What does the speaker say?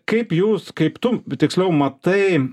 kaip jūs kaip tu tiksliau matai